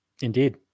Indeed